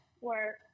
work